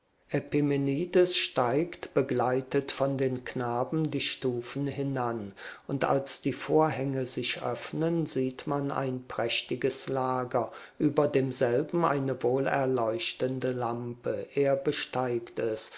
epimenides steigt begleitet von den knaben die stufen hinan und als die vorhänge sich öffnen sieht man ein prächtiges lager über demselben eine wohlerleuchtende lampe er besteigt es